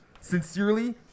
Sincerely